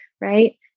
Right